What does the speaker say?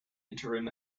interim